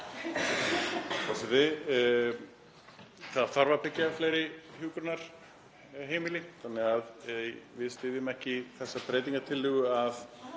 Það þarf að byggja upp fleiri hjúkrunarheimili þannig að við styðjum ekki þá breytingartillögu að